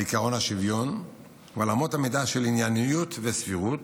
עקרון השוויון ועל אמות המידה של ענייניות וסבירות,